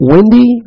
Wendy